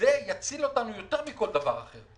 וזה יציל אותנו יותר מכל דבר אחר,